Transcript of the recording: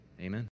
Amen